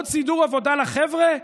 עוד סידור עבודה לחבר'ה?